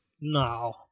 No